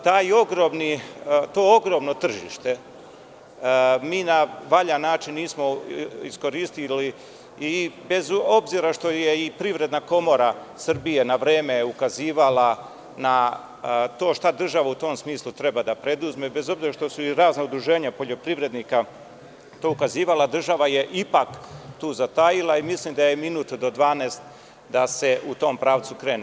To ogromno tržište mi na valjan način nismo iskoristili i bez obzira što je i Privredna komora Srbije na vreme ukazivala na to šta država u tom smislu treba da preduzme, bez obzira što su i razna udruženja poljoprivrednika to ukazivala, država je ipak tu zatajila i mislim da je minut do dvanaest da se u tom pravcu krene.